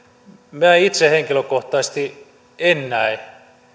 itse henkilökohtaisesti en näe